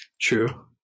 True